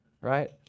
right